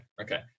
Okay